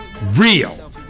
real